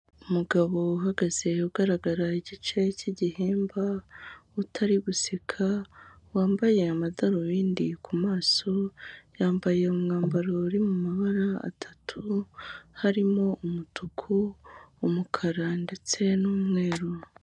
Umugabo uhagaze ugaragara igice k'igihimba utari guseka, wambaye amadarubindi ku maso, yambaye umwambaro uri mu mabara atatu harimo: umutuku, umukara, ndetse n'umweru.